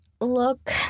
look